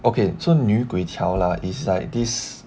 okay so new 女鬼桥 lah is like this